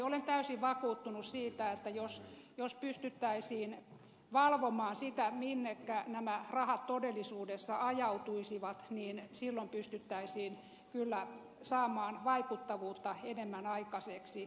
olen täysin vakuuttunut siitä että jos pystyttäisiin valvomaan sitä minnekä nämä rahat todellisuudessa ajautuvat niin silloin pystyttäisiin kyllä saamaan vaikuttavuutta enemmän aikaiseksi